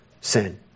sin